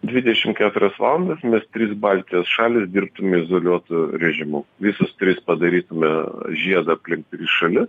dvidešim keturias valandas mes trys baltijos šalys dirbtume izoliuotu režimu visos trys padarytume žiedą aplink tris šalis